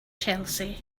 chelsea